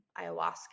ayahuasca